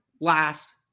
last